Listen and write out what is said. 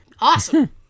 Awesome